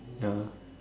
ya